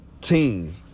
team